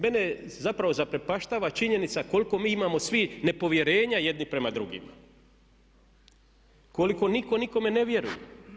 Mene zapravo zaprepaštava činjenica koliko mi imamo svi nepovjerenja jedni prema drugima, koliko nitko nikome ne vjeruje.